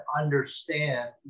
understand